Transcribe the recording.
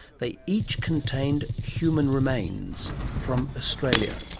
they each contained human remains from australia.